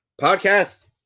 podcast